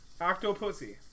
Octopussy